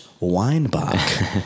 Weinbach